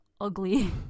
ugly